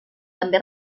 també